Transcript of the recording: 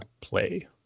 play